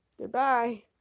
Goodbye